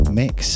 mix